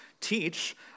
teach